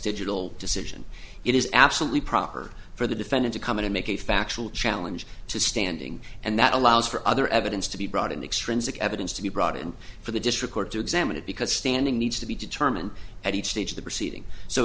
digital decision it is absolutely proper for the defendant to come in and make a factual challenge to standing and that allows for other evidence to be brought in extrinsic evidence to be brought in for the district court to examine it because standing needs to be determined at each stage of the proceeding so